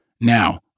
Now